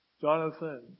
Jonathan